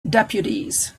deputies